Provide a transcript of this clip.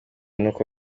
n’uko